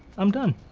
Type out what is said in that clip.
i'm done.